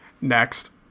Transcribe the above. Next